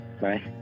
bye